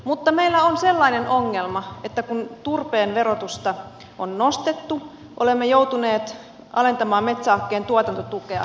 mutta meillä on sellainen ongelma että kun turpeen verotusta on nostettu olemme joutuneet alentamaan metsähakkeen tuotantotukea